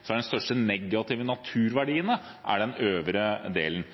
så er de største negative virkningene for naturen i den øvre delen.